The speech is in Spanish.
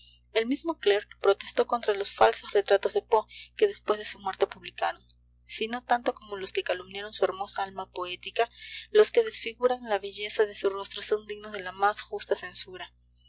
el mismo clarke protestó contra los falsos retratos de poe que después de su muerte publicaron si no tanto como los que calumniaron su hermosa alma poética los que desfiguran la belleza de su rostro son dignos de la más justa censura